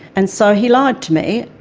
and so he lied to me.